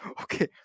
Okay